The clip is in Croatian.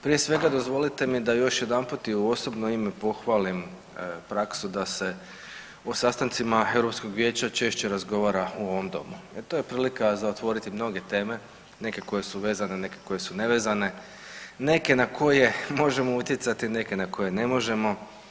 Prije svega dozvolite mi još jedanput i u osobno ime pohvalim praksu da se o sastancima Europskog vijeća češće razgovara u ovom Domu, jer to je prilika za otvoriti mnoge teme neke koje su vezane, neke koje su nevezane, neke na koje možemo utjecati, neke na koje ne možemo.